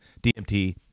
DMT